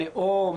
לאום,